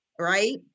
right